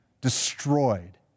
destroyed